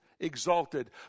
exalted